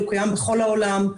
הוא קיים בכל העולם.